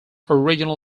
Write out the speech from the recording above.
original